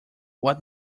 what